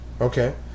okay